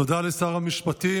תודה לשר המשפטים.